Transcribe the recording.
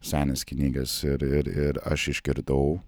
senas knygas ir ir ir aš išgirdau